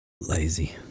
lazy